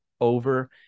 over